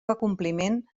acompliment